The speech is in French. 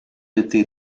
été